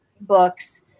books